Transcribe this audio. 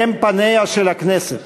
אתם פניה של הכנסת.